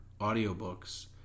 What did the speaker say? audiobooks